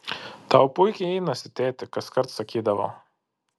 tau puikiai einasi tėti kaskart sakydavo